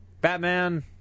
Batman